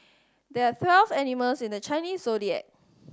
there are twelve animals in the Chinese Zodiac